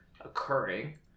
occurring